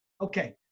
Okay